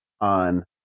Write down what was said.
on